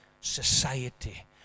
society